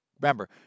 remember